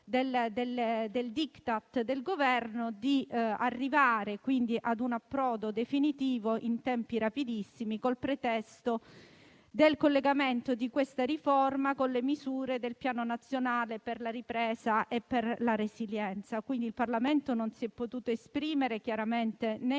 del *diktat* del Governo, per arrivare a un approdo definitivo in tempi rapidissimi, col pretesto del collegamento della riforma con le misure del Piano nazionale per la ripresa e la resilienza. Il Parlamento non si è potuto esprimere chiaramente né in